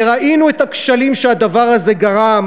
וראינו את הכשלים שהדבר הזה גרם.